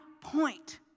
Point